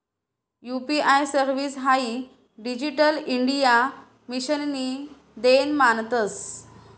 UPI service हाई digital India मिशननी देन मानतंस